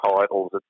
titles